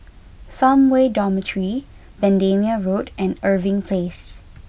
Farmway Dormitory Bendemeer Road and Irving Place